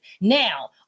Now